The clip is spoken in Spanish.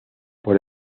por